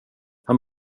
han